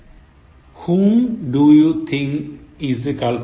Whom do you think is the culprit